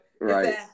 right